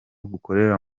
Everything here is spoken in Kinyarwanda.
gukorera